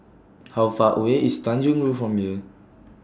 How Far away IS Tanjong Rhu from here